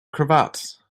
cravat